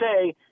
say